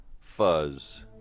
Fuzz